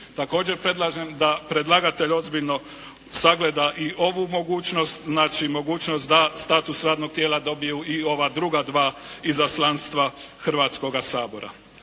Također predlažem da predlagatelj ozbiljno sagleda i ovu mogućnost, znači mogućnost da status radnog tijela dobiju i ova druga dva izaslanstva Hrvatskoga sabora.